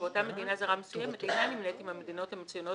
ואותה מדינה זרה מסוימת אינה נמנית עם המדינות המצוינות